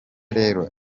rero